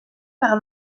par